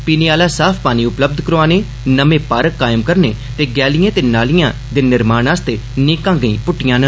पीने आला साफ पानी उपलब्ध करौआने नमें पार्क कायम करने ते गलियां ते नालियां बनाने आस्तै नेकां गेंई पुष्टियां न